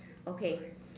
okay